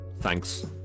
thanks